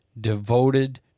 devoted